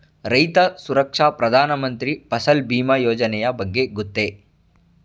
ರೈತ ಸುರಕ್ಷಾ ಪ್ರಧಾನ ಮಂತ್ರಿ ಫಸಲ್ ಭೀಮ ಯೋಜನೆಯ ಬಗ್ಗೆ ಗೊತ್ತೇ?